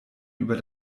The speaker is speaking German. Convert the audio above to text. über